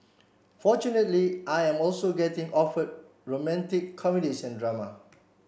fortunately I am also getting offer romantic comedies and drama